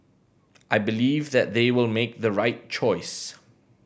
I believe that they will make the right choice